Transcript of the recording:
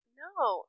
No